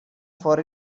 for